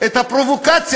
את הפרובוקציה.